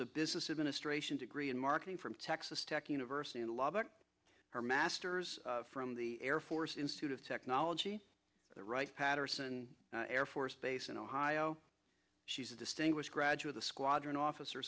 of business administration degree in marketing from texas tech university in lubbock her master's from the air force institute of technology the right patterson air force base in ohio she's a distinguished graduate the squadron officer